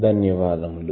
ధన్యవాదములు